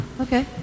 Okay